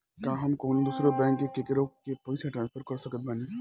का हम कउनों दूसर बैंक से केकरों के पइसा ट्रांसफर कर सकत बानी?